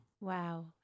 Wow